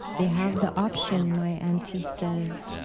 they have the option, my auntie says,